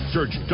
Search